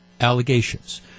allegations